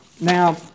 Now